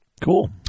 Cool